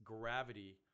gravity